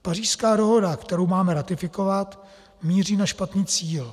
Pařížská dohoda, kterou máme ratifikovat, míří na špatný cíl.